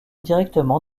directement